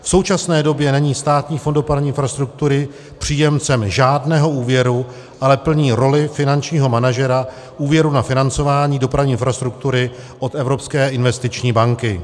V současné době není Státní fond dopravní infrastruktury příjemcem žádného úvěru, ale plní roli finančního manažera úvěru na financování dopravní infrastruktury od Evropské investiční banky.